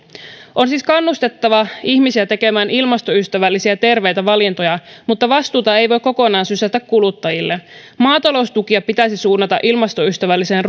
on siis kannustettava ihmisiä tekemään ilmastoystävällisiä terveitä valintoja mutta vastuuta ei voi kokonaan sysätä kuluttajille maataloustukia pitäisi suunnata ilmastoystävälliseen